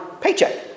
paycheck